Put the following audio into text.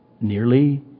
nearly